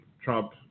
Trump